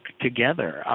together